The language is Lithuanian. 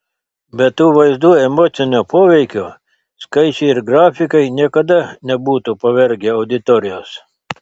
be tų vaizdų emocinio poveikio skaičiai ir grafikai niekada nebūtų pavergę auditorijos